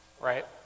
Right